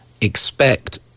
expect